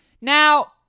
Now